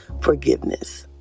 forgiveness